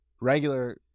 regular